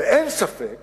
ואין ספק